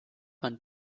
man